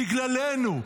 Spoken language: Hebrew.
בגללנו.